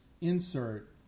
insert